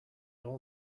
all